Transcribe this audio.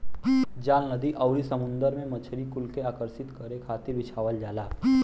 जाल नदी आउरी समुंदर में मछरी कुल के आकर्षित करे खातिर बिछावल जाला